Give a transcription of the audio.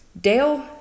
dale